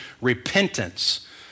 repentance